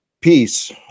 peace